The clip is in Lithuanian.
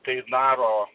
tai daro